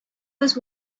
was